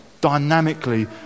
Dynamically